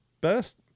best